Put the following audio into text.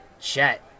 Chet